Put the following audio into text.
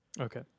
Okay